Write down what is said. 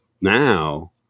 now